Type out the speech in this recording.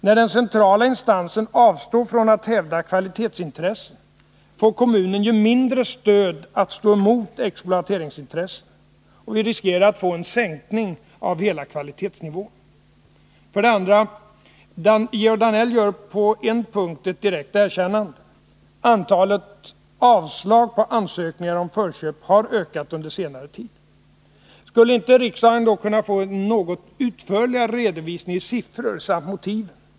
När den centrala instansen avstår från att hävda kvalitetsintressen får kommunen ju mindre stöd att stå emot exploateringsintressen. Vi riskerar att få en sänkning av hela kvalitetsni 2. Georg Danell gör på en punkt ett direkt erkännande. Antalet avslag på ansökningar om förköp har ökat under senare tid. Skulle inte riksdagen då kunna få en något utförligare redovisning i siffror samt motiven?